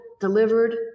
delivered